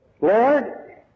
Lord